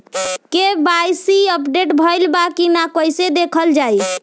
KYC update भइल बा कि ना कइसे देखल जाइ?